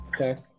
Okay